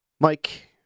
Mike